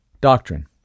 Doctrine